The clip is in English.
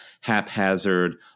haphazard